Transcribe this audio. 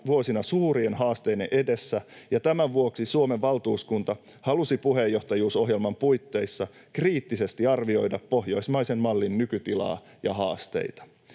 vuosina suurien haasteiden edessä, ja tämän vuoksi Suomen valtuuskunta halusi puheenjohtajuusohjelman puitteissa kriittisesti arvioida pohjoismaisen mallin nykytilaa ja haasteita.